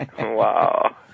Wow